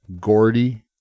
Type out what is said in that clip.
Gordy